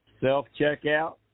self-checkout